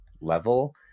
level